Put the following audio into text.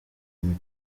muri